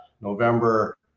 November